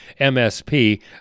MSP